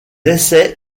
essais